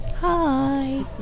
Hi